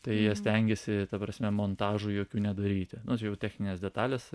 tai jie stengiasi ta prasme montažų jokių nedaryti nu čia jau techninės detalės